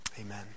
amen